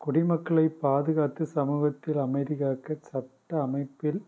குடிமக்களை பாதுகாத்து சமூகத்தில் அமைதி காக்க சட்ட அமைப்பில்